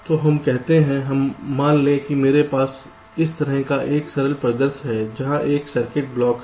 तो हम कहते हैं मान लें कि मेरे पास इस तरह का एक सरल परिदृश्य है जहां एक सर्किट ब्लॉक है